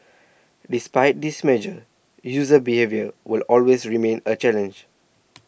despite these measures user behaviour will always remain a challenge